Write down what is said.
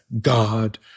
God